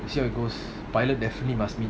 see how it goes pilot definitely must meet